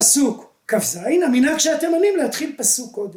פסוק כ"ז, המילה שאתם עונים להתחיל פסוק קודם